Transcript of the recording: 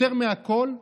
יותר מכול,